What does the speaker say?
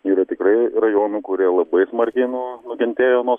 yra tikrai rajonų kurie labai smarkiai nu nukentėjo nuo